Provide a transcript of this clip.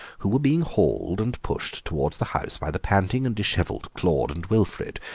who were being hauled and pushed towards the house by the panting and dishevelled claude and wilfrid,